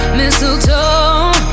mistletoe